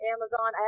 Amazon